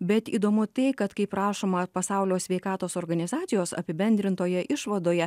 bet įdomu tai kad kaip rašoma pasaulio sveikatos organizacijos apibendrintoje išvadoje